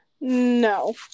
No